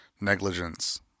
negligence